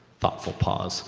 thoughtful pause